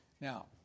Now